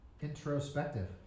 introspective